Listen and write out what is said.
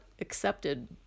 accepted